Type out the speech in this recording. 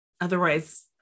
otherwise